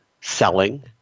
selling